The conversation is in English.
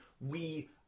we-